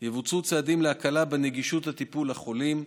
יבוצעו צעדים להקלה בנגישות הטיפול לחולים.